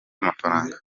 amafaranga